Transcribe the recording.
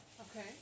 Okay